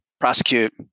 prosecute